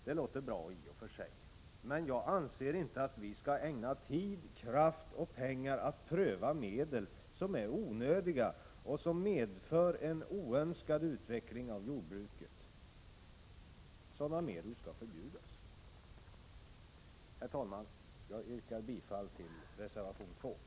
Det låter i och för sig bra, men jag anser inte att vi skall ägna tid, kraft och pengar åt att pröva medel som är onödiga och som medför en oönskad utveckling av jordbruket. Sådana medel skall förbjudas. Herr talman! Jag yrkar bifall till reservation 2.